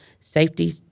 safety